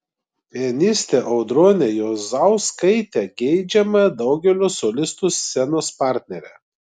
pianistė audronė juozauskaitė geidžiama daugelio solistų scenos partnerė